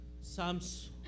Psalms